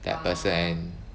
that person